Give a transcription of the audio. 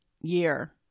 year